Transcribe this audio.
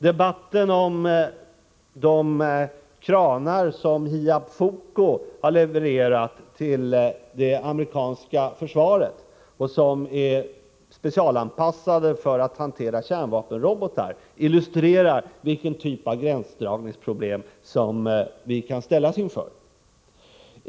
Debatten om de kranar som Hiab-Foco har levererat till det amerikanska försvaret och som är specialanpassade för att hantera kärnvapenrobotar illustrerar vilken typ av gränsdragningsproblem som vi kan ställas inför.